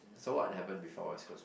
so what happened before West Coast